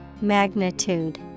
magnitude